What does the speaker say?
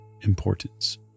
importance